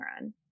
run